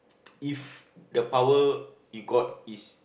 if the power you got is